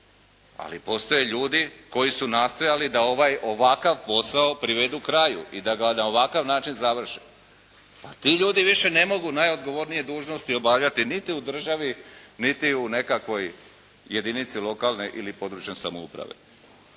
ali postoje ljudi koji su nastojali da ovaj ovakav posao privedu kraju i da ga na ovakav način završe. Pa ti ljudi više ne mogu najodgovornije dužnosti obavljati niti u državi niti u nekakvoj jedinici lokalne ili područne samouprave.